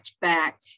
back